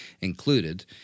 included